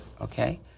Okay